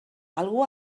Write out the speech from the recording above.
algú